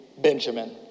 Benjamin